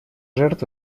жертв